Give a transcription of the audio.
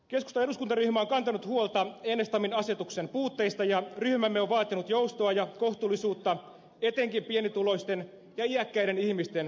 keskustan eduskuntaryhmä on kantanut huolta enestamin asetuksen puutteista ja ryhmämme on vaatinut joustoa ja kohtuullisuutta etenkin pienituloisten ja iäkkäiden ihmisten jätevesivaatimuksiin